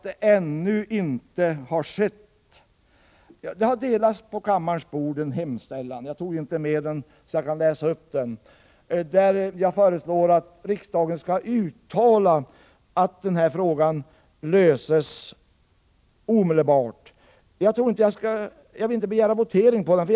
Det har på kammarens bänkar delats ett särskilt yrkande med följande lydelse: Jag skall inte begära votering på detta yrkande.